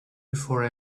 before